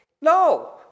No